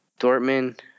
Dortmund